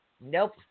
Nope